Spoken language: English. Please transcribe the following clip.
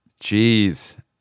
Jeez